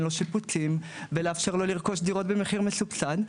לו שיפוצים ולאפשר לו לרכוש דירות במחיר מסובסד,